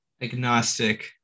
agnostic